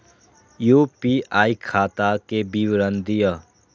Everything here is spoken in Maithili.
यू.पी.आई खाता के विवरण दिअ?